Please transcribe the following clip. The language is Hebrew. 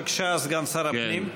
בבקשה, סגן שר הפנים.